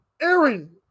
Aaron